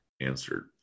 answered